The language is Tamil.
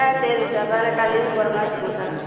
ஆ சரிங்க சார் பதினெட்டாம் தேதி போகிற மாதிரி இருக்குதுங்க சார்